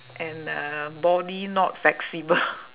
and uh body not flexible